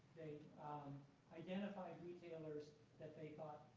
ah identified retailers that they thought